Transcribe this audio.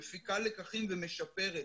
מפיקה לקחים ומשפרת.